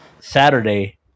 Saturday